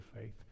faith